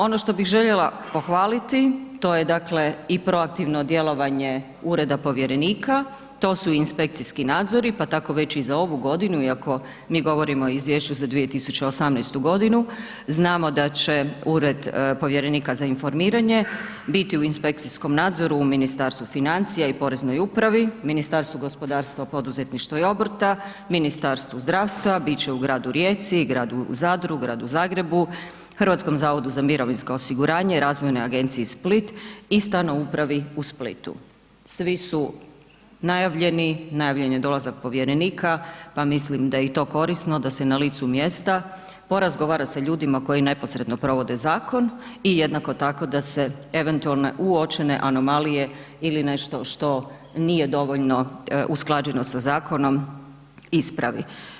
Ono što bih željela pohvaliti, to je dakle i pro aktivno djelovanje ureda povjerenika, to su inspekcijski nadzori, pa tako već i za ovu godinu, iako mi govorimo za izvješću za 2018.g., znamo da će ured povjerenika za informiranje biti u inspekcijskom nadzoru u Ministarstvu financija i poreznoj upravi, Ministarstvu gospodarstva, poduzetništva i obrta, Ministarstvu zdravstva, bit će u gradu Rijeci i gradu Zadru, Gradu Zagrebu, HZMO-u, Razvojnoj agenciji Split i Stano upravi u Splitu, svi su najavljeni, najavljen je dolazak povjerenika, pa mislim da je i to korisno da se na licu mjesta porazgovara sa ljudima koji neposredno provode zakon i jednako tako da se eventualne uočene anomalije ili nešto što nije dovoljno usklađeno sa zakonom, ispravi.